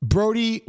Brody